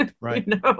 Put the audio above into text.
Right